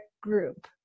group